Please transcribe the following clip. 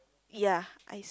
ya I